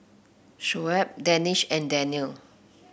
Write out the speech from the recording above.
Shoaib Danish and Daniel